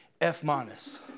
F-minus